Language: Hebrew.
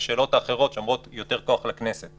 שאלות אחרות ואומרות: יותר כוח לכנסת.